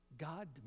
God